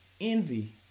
envy